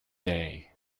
day